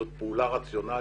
זאת פעולה רציונלית.